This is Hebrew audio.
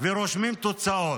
ורושמים תוצאות.